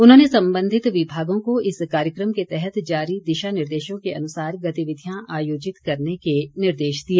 उन्होंने संबंधित विभागों को इस कार्यक्रम के तहत जारी दिशा निर्देशों के अनुसार गतिविधियां आयोजित करने के निर्देश दिए